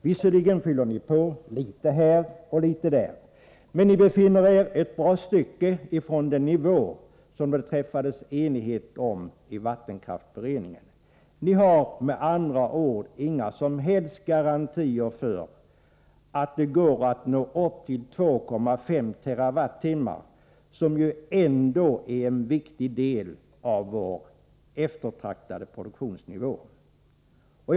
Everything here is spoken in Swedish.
Visserligen fyller ni på, litet här och litet där, men ni befinner er ett bra stycke ifrån den nivå som det uppnåddes enighet om i vattenkraftsberedningen. Ni har med andra ord inga som helst garantier för att det går att nå upp till 2,5 TWh/år, som ju ändå är en viktig del av vår eftertraktade produktionsvolym.